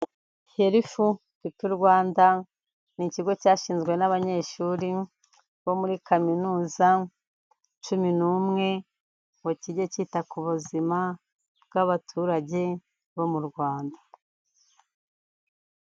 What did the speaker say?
HPR n’ikigo cyashinzwe n'abanyeshuri bo muri kaminuza cumi n'umwe ngo kijye cyita ku buzima bw'abaturage bo mu Rwanda.